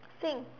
think